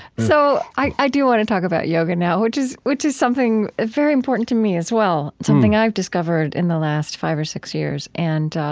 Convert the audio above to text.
so i do want to talk about yoga now, which is which is something ah very important to me as well, something i've discovered in the last five or six years. and